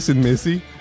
Missy